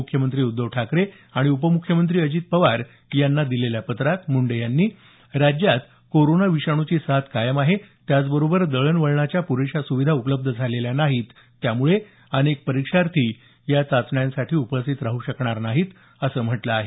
मुख्यमंत्री उद्धव ठाकरे आणि उपमुख्यमंत्री अजित पवार यांना दिलेल्या पत्रात मुंडे यांनी राज्यात कोरोना विषाणूची साथ कायम आहे त्याचबरोबर दळणवळणाच्या प्रेशा सुविधा उपलब्ध झालेल्या नाहीत त्यामुळे अनेक परीक्षार्थी या चाचणीसाठी उपस्थित राहू शकणार नाहीत असं म्हटल आहे